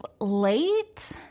late